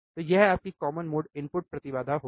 तो यह आपकी कॉमन मोड इनपुट प्रतिबाधा होगी